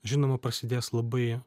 žinoma prasidės labai